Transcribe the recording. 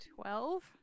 Twelve